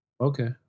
okay